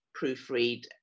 proofread